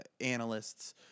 analysts